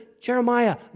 Jeremiah